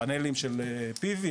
פאנלים של PV,